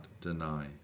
deny